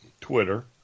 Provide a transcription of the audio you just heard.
Twitter